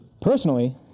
Personally